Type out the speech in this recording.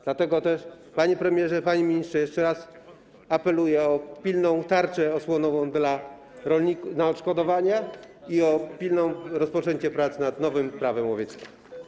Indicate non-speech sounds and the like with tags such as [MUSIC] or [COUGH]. Dlatego też, panie premierze, panie ministrze, jeszcze raz apeluję o pilną tarczę osłonową dla rolników na odszkodowania [NOISE] i o pilne rozpoczęcie prac nad nowym Prawem łowieckim.